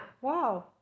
Wow